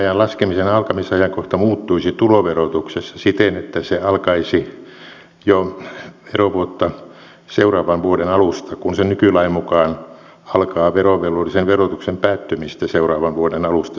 määräajan laskemisen alkamisajankohta muuttuisi tuloverotuksessa siten että se alkaisi jo verovuotta seuraavan vuoden alusta kun se nykylain mukaan alkaa verovelvollisen verotuksen päättymistä seuraavan vuoden alusta siis vuotta myöhemmin